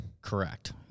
correct